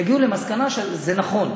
יגיעו למסקנה שזה נכון,